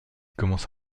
commence